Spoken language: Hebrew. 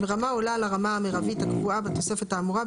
ברמה העולה על הרמה המרבית הקבועה בתוספת האמורה,